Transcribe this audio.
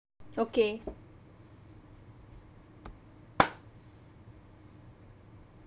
okay